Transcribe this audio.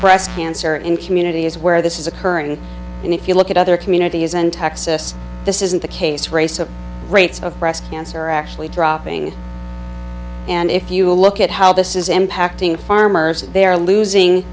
breast cancer in communities where this is occurring and if you look at other communities and texas this isn't the case race of rates of breast cancer are actually dropping and if you look at how this is impacting farmers they're losing